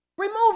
Remove